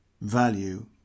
value